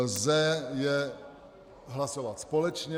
Lze je hlasovat společně.